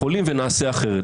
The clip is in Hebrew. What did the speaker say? יכולים ונעשה אחרת.